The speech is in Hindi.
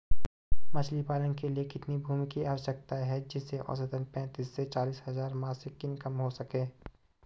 मछली पालन के लिए कितनी भूमि की आवश्यकता है जिससे औसतन पैंतीस से चालीस हज़ार मासिक इनकम हो सके?